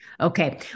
Okay